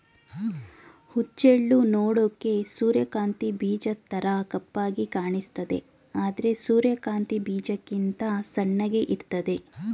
ಹುಚ್ಚೆಳ್ಳು ನೋಡೋಕೆ ಸೂರ್ಯಕಾಂತಿ ಬೀಜದ್ತರ ಕಪ್ಪಾಗಿ ಕಾಣಿಸ್ತದೆ ಆದ್ರೆ ಸೂರ್ಯಕಾಂತಿ ಬೀಜಕ್ಕಿಂತ ಸಣ್ಣಗೆ ಇರ್ತದೆ